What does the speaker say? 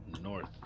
north